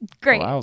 great